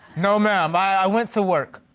no, ma'am, i went to work.